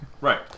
Right